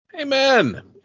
Amen